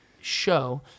show